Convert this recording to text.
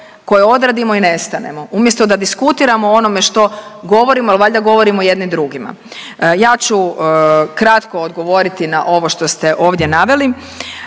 koje odradimo i nestanemo, umjesto da diskutiramo o onome što govorimo jer valjda govorimo jedni drugima. Ja ću kratko odgovoriti na ovo što ste ovdje naveli.